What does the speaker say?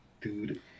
Dude